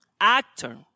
actor